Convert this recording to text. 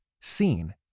seen